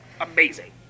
amazing